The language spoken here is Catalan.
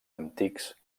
antics